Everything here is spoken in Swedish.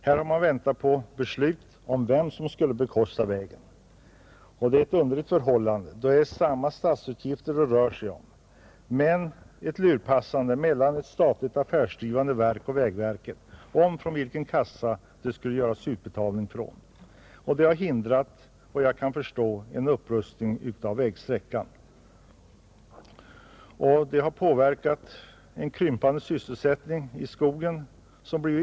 Här har man väntat på beslut om vem som skall bekosta vägen, Det är ett underligt förhållande, då det är samma statsutgifter som det rör sig om; det är ett lurpassande mellan ett statligt affärsdrivande verk och vägverket i fråga om från vilken kassa utbetalningen skall göras. Detta har efter vad jag kan förstå hindrat en upprustning av vägsträckan, Det har i sin tur fört med sig en krympande sysselsättning i skogen.